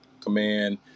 command